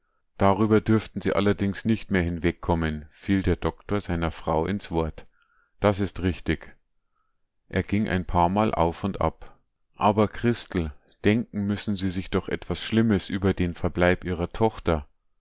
darüber dürften sie allerdings nicht mehr wegkommen fiel der doktor seiner frau ins wort das ist richtig er ging ein paarmal auf und ab aber christel denken müssen sie sich doch etwas schlimmes über den verbleib ihrer tochter